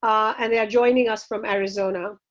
and they are joining us from arizona.